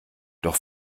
doch